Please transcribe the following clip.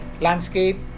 landscape